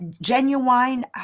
genuine